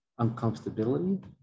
uncomfortability